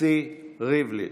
הנשיא ריבלין,